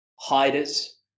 hiders